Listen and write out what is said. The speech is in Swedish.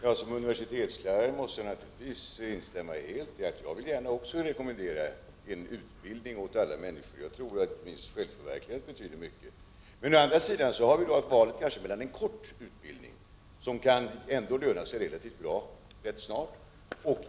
Utrikesdepartementets handelsavdelning behandlar i en lägesrapport om Sveriges EG-anpassning frågan om offentlig upphandling. Där sägs att en EG-EFTA överenskommelse avses träda i kraft den 1 januari 1993 med syftet att anpassa reglerna till dem som gäller eller planeras att gälla inom EG.